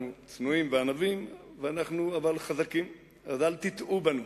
אנחנו צנועים וענווים, אבל חזקים, אז אל תטעו בנו.